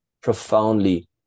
profoundly